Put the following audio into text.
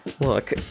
look